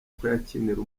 kuyakinira